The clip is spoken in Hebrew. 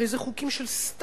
הרי זה חוקים של סתם,